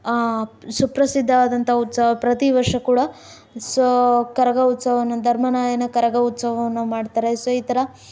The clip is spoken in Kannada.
ಸುಪ್ರಸಿದ್ಧವಾದಂತಹ ಉತ್ಸವ ಪ್ರತಿ ವರ್ಷ ಕೂಡ ಸೊ ಕರಗ ಉತ್ಸವವನ್ನು ಧರ್ಮರಾಯನ ಕರಗ ಉತ್ಸವವನ್ನು ಮಾಡ್ತಾರೆ ಸೊ ಈ ಥರ